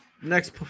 next